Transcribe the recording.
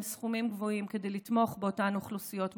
סכומים גבוהים כדי לתמוך באותן אוכלוסיות מוחלשות.